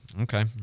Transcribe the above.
Okay